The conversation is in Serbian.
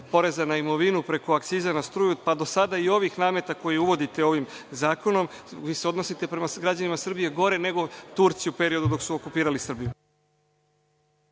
poreza na imovinu preko akciza na struju, pa do sada i ovih nameta koje uvodite ovim zakonom. Vi se odnosite prema građanima Srbije gore nego Turci u periodu dok su okupirali Srbiju.